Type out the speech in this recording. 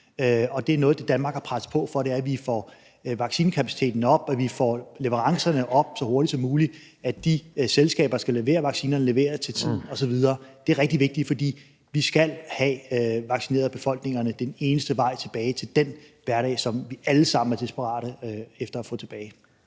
det er noget af det, Danmark har presset på for, altså at vi får vaccinekapaciteten op, at vi får leverancerne op så hurtigt som muligt, at de selskaber, som skal levere vaccinerne, leverer til tiden osv. Det er rigtig vigtigt at få vaccineret befolkningerne, for det er den eneste vej tilbage til den hverdag, som vi alle sammen er desperate efter at få tilbage.